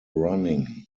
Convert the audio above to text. running